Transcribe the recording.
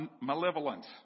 malevolent